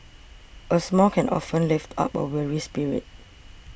a smile can often lift up a weary spirit